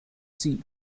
sea